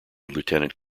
lieutenant